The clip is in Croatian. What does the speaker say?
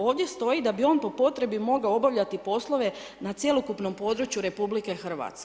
Ovdje stoji da bi on po potrebi mogao obavljati poslove na cjelokupnom području RH.